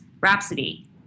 Rhapsody